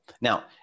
Now